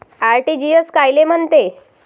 RTGS कायले म्हनते?